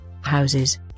houses